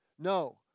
No